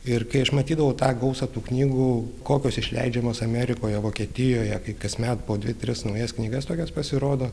ir kai aš matydavau tą gausą tų knygų kokios išleidžiamos amerikoje vokietijoje kai kasmet po dvi tris naujas knygas tokias pasirodo